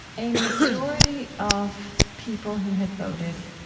a majority of people who had voted,